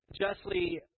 justly